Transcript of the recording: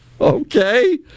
Okay